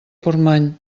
portmany